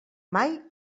mai